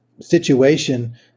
situation